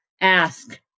ask